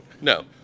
No